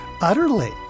Utterly